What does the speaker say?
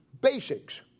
basics